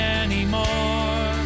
anymore